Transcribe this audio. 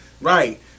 Right